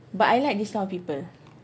but I like this kind of people